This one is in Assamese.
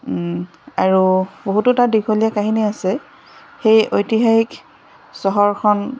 আৰু বহুতো তাত দীঘলীয়া কাহিনী আছে সেই ঐতিহাসিক চহৰখন